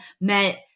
met